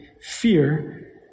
fear